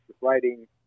writing